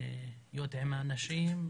להיות עם האנשים,